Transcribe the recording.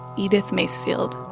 edith macefield.